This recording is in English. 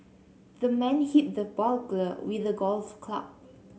the man hit the burglar with a golf club